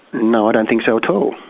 no, i don't think so at all.